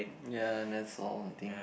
ya that's all I think